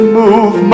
move